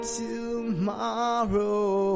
tomorrow